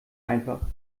einfach